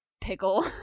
pickle